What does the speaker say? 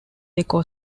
deco